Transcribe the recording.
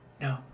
No